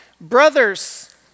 brothers